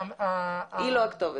היא לא הכתובת.